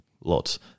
lots